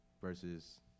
versus